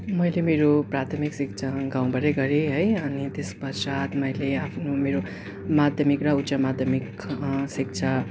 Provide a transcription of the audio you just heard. मैले मेरो प्राथमिक शिक्षा गाउँबाटै गरेँ है अनि त्यस पश्चात मैले आफ्नो मेरो माध्यमिक र उच्च माध्यमिक शिक्षा